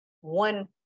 one